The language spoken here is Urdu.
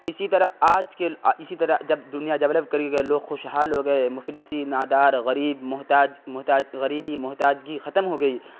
اسی طرح آج کے اسی طرح جب دنیا ڈیولپ کر گئی لوگ خوشحال ہو گئے مفلسی نادار غریب محتاج محتاج غریبی محتاجگی ختم ہو گئی